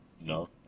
No